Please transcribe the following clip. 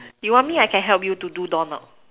you want me I can help you to do doorknob